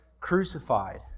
crucified